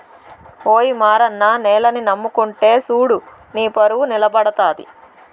ఓయి మారన్న నేలని నమ్ముకుంటే సూడు నీపరువు నిలబడతది